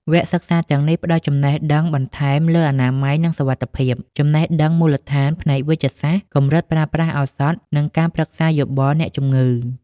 វគ្គសិក្សាទាំងនេះផ្ដល់ចំណេះដឹងបន្ថែមលើ អនាម័យ និងសុវត្ថិភាព ចំណេះដឹងមូលដ្ឋានផ្នែកវេជ្ជសាស្ត្រ កម្រិតប្រើប្រាស់ឱសថ និងការប្រឹក្សាយោបល់អ្នកជំងឺ។